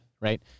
right